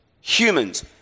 humans